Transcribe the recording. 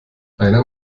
einer